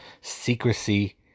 secrecy